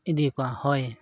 ᱤᱫᱤ ᱠᱚᱣᱟ ᱦᱚᱭ